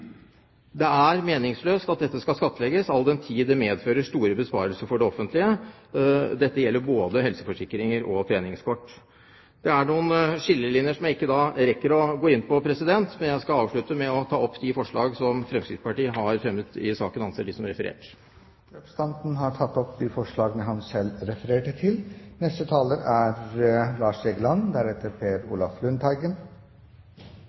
Det er meningsløst at dette skal skattlegges, all den tid det medfører store besparelser for det offentlige. Dette gjelder både helseforsikringer og treningskort. Det er noen skillelinjer som jeg ikke rekker å gå inn på. Men jeg skal avslutte med å ta opp det forslag som Fremskrittspartiet og Kristelig Folkeparti har fremmet i saken, og anser disse som referert. Representanten Per Arne Olsen har tatt opp de forslagene han refererte til. Representanten Per